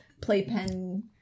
playpen